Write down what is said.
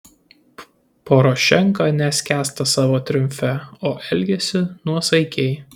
porošenka neskęsta savo triumfe o elgiasi nuosaikiai